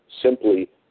simply